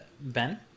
Ben